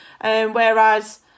whereas